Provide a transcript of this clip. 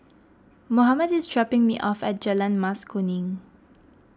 Mohammed is dropping me off at Jalan Mas Kuning